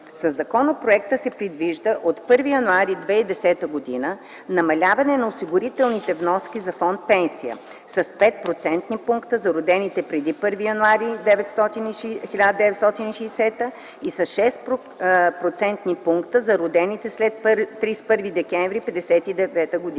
Със законопроекта се предвижда от 1 януари 2010 г.: - намаляване на осигурителните вноски за Фонд „Пенсии” с 5-процентни пункта за родените преди 1 януари 1960 г. и с 6-процентни пункта за родените след 31 декември 1959 г.;